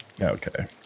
Okay